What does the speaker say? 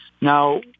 Now